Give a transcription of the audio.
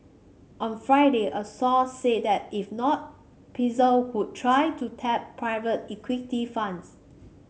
on Friday a source said that if not Pfizer could try to tap private equity funds